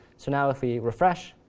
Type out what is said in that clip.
so now if we refresh,